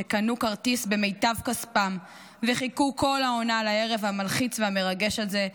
שקנו כרטיס במיטב כספם וחיכו כל העונה לערב המלחיץ והמרגש הזה,